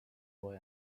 boy